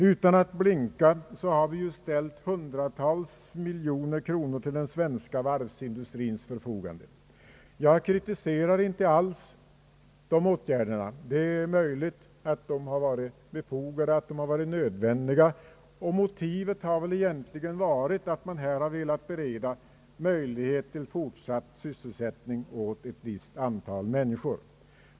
Utan att blinka har vi ställt hundratals miljoner kronor till den svenska varvsindustrins förfogande, Jag kritiserar inte alls de åtgärderna. Det är möjligt att de varit befogade och nödvändiga, och motivet har väl egentligen varit att man velat bereda möjlighet till fortsatt sysselsättning åt ett visst antal människor.